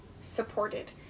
supported